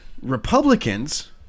Republicans